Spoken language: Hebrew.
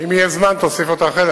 אם יהיה זמן, תוסיף אותה אחר כך,